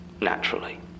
Naturally